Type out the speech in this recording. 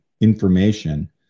information